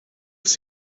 have